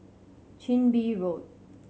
Chin Bee Road